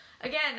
Again